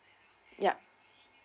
yup